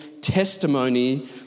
testimony